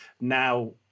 Now